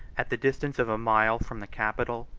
at the distance of a mile from the capital,